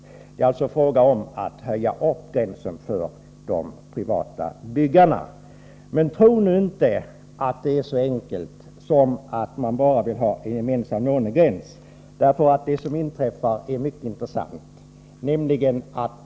Det är alltså fråga om att höja gränsen för de privata byggarna. Men tro nu inte att det är så enkelt som att moderaterna bara vill ha en gemensam lånegräns. Det som inträffar är nämligen mycket intressant.